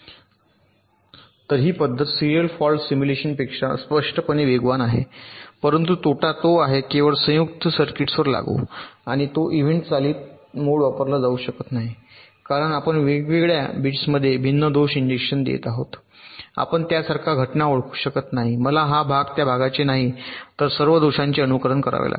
तर ही पद्धत सीरियल फॉल्ट सिम्युलेशनपेक्षा स्पष्टपणे वेगवान आहे परंतु तोटा तो आहे केवळ संयुक्त सर्किट्सवर लागू आणि तो इव्हेंट चालित मोड वापरला जाऊ शकत नाही कारण आपण वेगवेगळ्या बिट्समध्ये भिन्न दोष इंजेक्शन देत आहात आपण त्यासारख्या घटना ओळखू शकत नाही मला हा भाग त्या भागाचे नाही तर सर्व दोषांचे अनुकरण करावे लागेल